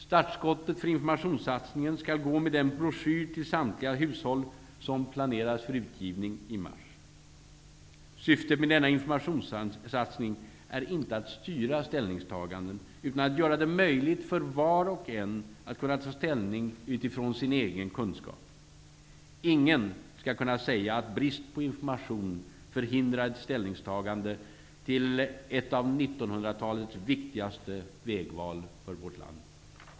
Startskottet för informationssatsningen skall gå med den broschyr till samtliga hushåll som planeras för utgivning i mars. Syftet med denna informationssatsning är inte att styra ställningstaganden, utan att göra det möjligt för var och en att kunna ta ställning utifrån sin egen kunskap. Ingen skall kunna säga att brist på information förhindrar ett ställningstagande till ett av 1900-talets viktigaste vägval för vårt land.